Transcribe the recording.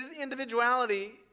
individuality